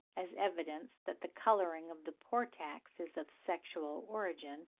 as evidence that the colouring of the portax is of sexual origin,